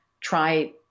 try